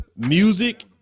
Music